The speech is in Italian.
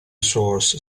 source